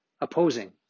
opposing